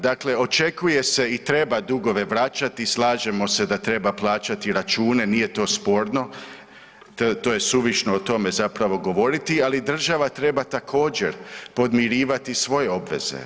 Dakle, očekuje se i treba dugove vraćati, slažemo se da treba plaćati račune, nije to sporno, to je suvišno o tome zapravo govoriti, ali država treba također podmirivati svoje obveze.